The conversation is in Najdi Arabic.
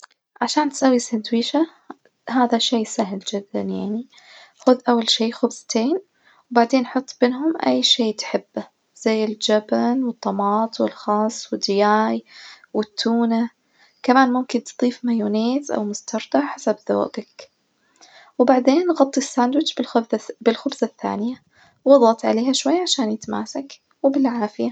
عشان تسوي سندويشة هذا شي سهل جدًا يعني، خذ أول شي خبزتين وبعدين حط بينهم أي شي تحبه زي الجبن والطماط والخس والدياي والتونة، كمان ممكن تضيف مايونيز أو مستردة حسب ذوجك، وبعدين غط الساندوتش بالخبزة- بالخبزة الثانية واضغط عليها شوي عشان يتماسك، وبالعافية.